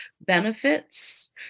benefits